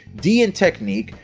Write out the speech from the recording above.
d in technique,